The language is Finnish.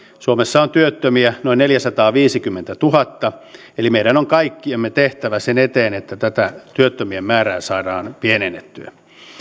suomessa on työttömiä noin neljäsataaviisikymmentätuhatta eli meidän on kaikkemme tehtävä sen eteen että tätä työttömien määrää saadaan pienennettyä